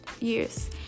years